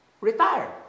retire